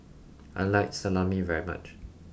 I like Salami very much